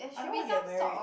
I don't want get married